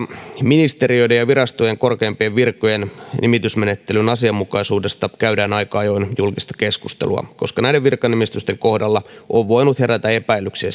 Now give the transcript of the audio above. ministeriöiden ja virastojen korkeimpien virkojen nimitysmenettelyn asianmukaisuudesta käydään aika ajoin julkista keskustelua koska näiden virkanimitysten kohdalla on voinut herätä epäilyksiä